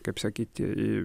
kaip sakyti į